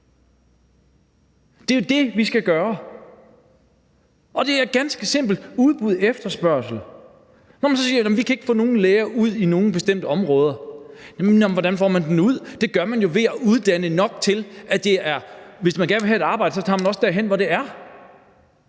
Det er jo det, vi skal gøre, og det er ganske simpel udbud og efterspørgsel. Somme tider er der nogle, der siger: Jamen vi kan ikke få nogen læger ud i nogle bestemte områder. Nej, men hvordan får man dem ud? Det gør man jo ved at uddanne nok til, at hvis man gerne vil have et arbejde, tager man også derhen, hvor det er.